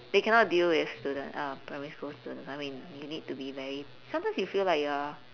they cannot deal with student uh primary school students I mean you need to be very sometimes you feel like you're